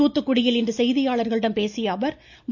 தூத்துக்குடியில் இன்று செய்தியாளர்களிடம் பேசிய அவர் வ